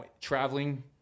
traveling